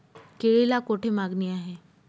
केळीला कोठे मागणी आहे?